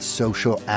social